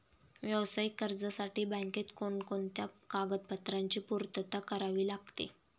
व्यावसायिक कर्जासाठी बँकेत कोणकोणत्या कागदपत्रांची पूर्तता करावी लागते?